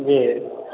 जी